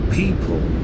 people